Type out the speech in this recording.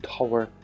Tower